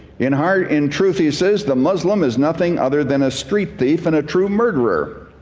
in heart in truth, he says, the muslim is nothing other than a street thief and a true murderer.